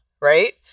right